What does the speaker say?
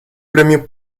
premio